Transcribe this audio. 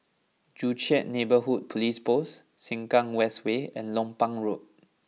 Joo Chiat Neighbourhood Police Post Sengkang West Way and Lompang Road